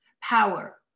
power